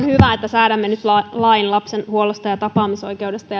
hyvä että säädämme nyt lain lapsen huollosta ja tapaamisoikeudesta